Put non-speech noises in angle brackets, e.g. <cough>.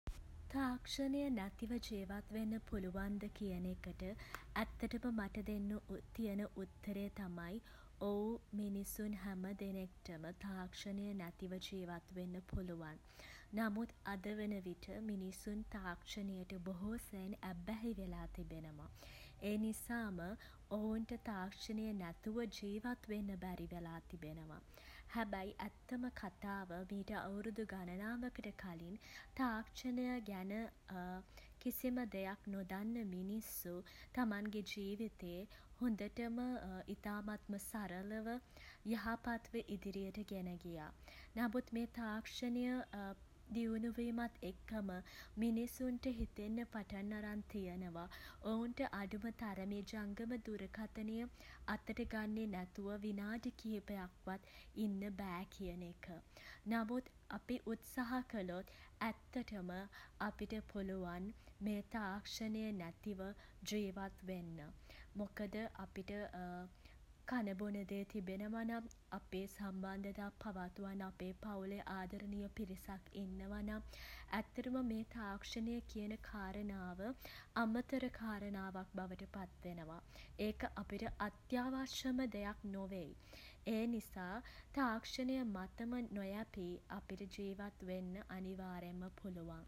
තාක්ෂණය නැතිව ජීවත් වෙන්න පුළුවන්ද කියන එකට <hesitation> ඇත්තටම මට දෙන්න තියෙන උත්තරේ තමයි <hesitation> ඔව් <hesitation> මිනිසුන් හැම දෙනෙක්ටම තාක්ෂණය නැතිව ජීවත් වෙන්න පුළුවන්. නමුත් අද වන විට <hesitation> මිනිසුන් තාක්ෂණයට බොහෝ සෙයින් ඇබ්බැහි වෙලා තිබෙනවා. ඒ නිසාම <hesitation> ඔවුන්ට තාක්ෂණය නැතුව ජීවත් වෙන්න බැරි වෙලා තිබෙනවා. හැබැයි <hesitation> ඇත්තම කතාව <hesitation> මීට අවුරුදු ගණනාවකට කලින් <hesitation> තාක්ෂණය ගැන <hesitation> කිසිම දෙයක් නොදන්න මිනිස්සු <hesitation> තමන්ගේ ජීවිතේ <hesitation> හොඳටම <hesitation> ඉතාමත්ම සරලව <hesitation> යහපත්ව ඉදිරියට ගෙන ගියා. නමුත් මේ තාක්ෂණය <hesitation> දියුණු වීමත් එක්කම <hesitation> මිනිස්සුන්ට හිතෙන්න පටන් අරන් තියෙනවා <hesitation> ඔවුන්ට අඩුම තරමේ <hesitation> ජංගම දුරකථනය <hesitation> අතට ගන්නේ නැතුව <hesitation> විනාඩි කිහිපයක් වත් ඉන්න බෑ කියන එක. නමුත් <hesitation> අපි උත්සාහ කළොත් <hesitation> ඇත්තටම අපිට පුළුවන් <hesitation> මේ තාක්ෂණය නැතුව <hesitation> ජීවත් වෙන්න. මොකද අපිට <hesitation> කනබොන දේ තිබෙනවා නම් අපේ සම්බන්ධතා පවත්වන්න අපේ පවුලේ ආදරණීය පිරිසක් ඉන්නවා නම් <hesitation> ඇත්තටම මේ තාක්ෂණය කියන කාරණාව <hesitation> අමතර කාරණාවක් බවට පත් වෙනවා. ඒක අපිට අත්‍යාවශ්‍යම දෙයක් නොවෙයි. ඒ නිසා <hesitation> තාක්ෂණය මතම නොයැපී අපිට ජීවත් වෙන්න අනිවාර්යෙන්ම පුළුවන්.